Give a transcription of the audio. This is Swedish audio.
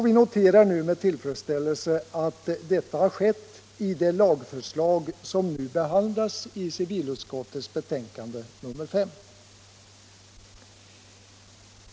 Vi noterar nu med tillfredsställelse att detta skett i det lagförslag som nu behandlas i civilutskottets betänkande nr 5.